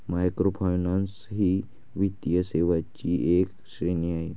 microfinance ही वित्तीय सेवांची एक श्रेणी आहे